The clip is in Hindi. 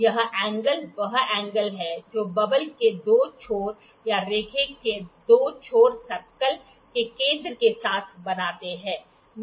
यह एंगल वह एंगल है जो बबल के 2 छोर या रेखा के 2 छोर सर्कल के केंद्र के साथ बनाते हैं